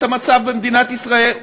את המצב במדינת ישראל.